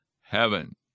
heaven